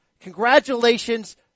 congratulations